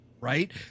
right